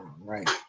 right